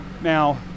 Now